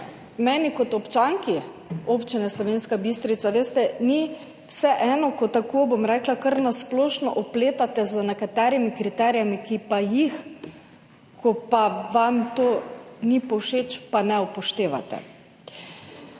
Meni kot občanki Občine Slovenska Bistrica, veste, ni vseeno, ko tako kar na splošno opletate z nekaterimi kriteriji, ki pa jih, ko vam to ni povšeči, ne upoštevate.